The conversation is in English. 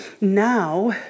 now